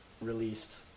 released